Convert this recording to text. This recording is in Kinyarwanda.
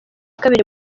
kabiri